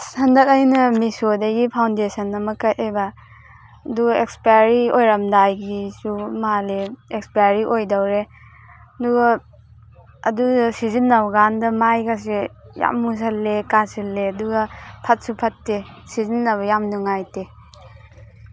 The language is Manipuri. ꯑꯁ ꯍꯟꯗꯛ ꯑꯩꯅ ꯃꯤꯁꯣꯗꯒꯤ ꯐꯥꯎꯟꯗꯦꯁꯟ ꯑꯃ ꯀꯛꯑꯦꯕ ꯑꯗꯨꯒ ꯑꯦꯛꯁꯄꯤꯌꯔꯤ ꯑꯣꯏꯔꯝꯗꯥꯏꯒꯤꯁꯨ ꯃꯥꯜꯂꯦ ꯑꯦꯛꯁꯄꯤꯌꯔꯤ ꯑꯣꯏꯗꯧꯔꯦ ꯑꯗꯨꯒ ꯑꯗꯨꯗꯣ ꯁꯤꯖꯤꯟꯅꯕꯀꯥꯟꯗ ꯃꯥꯏꯒꯁꯦ ꯌꯥꯝ ꯃꯨꯁꯜꯂꯦ ꯀꯥꯁꯜꯂꯦ ꯑꯗꯨꯒ ꯐꯠꯁꯨ ꯐꯠꯇꯦ ꯁꯤꯖꯤꯟꯅꯕ ꯌꯥꯝ ꯅꯨꯡꯉꯥꯏꯇꯦ